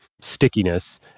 stickiness